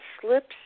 slips